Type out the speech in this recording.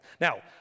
Now